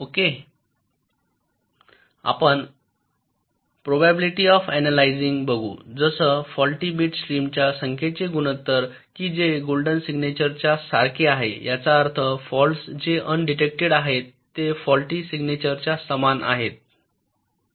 okay म्हणून आपण probability of analysing बघू जसं फॉल्टी बिट स्ट्रीमच्या संख्येचे गुणोत्तर कि जे गोल्डन सिग्नेचर च्या सारखे आहे याचा अर्थ फॉल्टस जे अनडिटेक्टेड आहेत ते फॉल्टी सिग्नेचरच्या सामान संख्येत आहेत